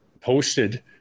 posted